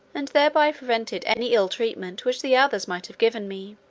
and thereby prevented any ill treatment which the others might have given me.